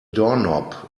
doorknob